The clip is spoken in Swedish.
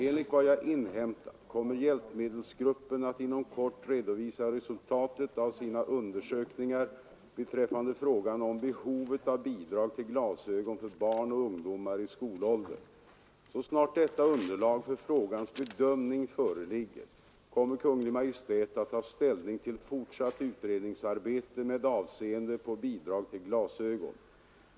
Enligt vad jag inhämtat kommer hjälpmedelsgruppen att inom kort redovisa resultatet av sina undersökningar beträffande frågan om behovet av bidrag till glasögon för barn och ungdomar i skolåldern. Så snart detta underlag för frågans bedömning föreligger kommer Kungl. Maj:t att ta ställning till fortsatt utredningsarbete med avseende på bidrag till glasögon.